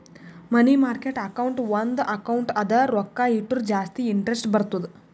ಮನಿ market account ಒಂದ್ account ಅದ ರೊಕ್ಕಾ ಇಟ್ಟುರ ಜಾಸ್ತಿ ಇಂಟರೆಸ್ಟ್ ಬರ್ತುದ್